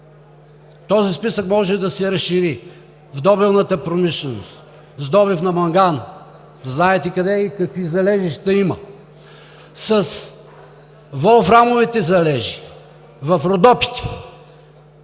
Този списък може да се разшири – в добивната промишленост с добив на манган – знаете къде и какви залежи има, с волфрамовите залежи в Родопите.